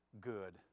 good